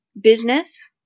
business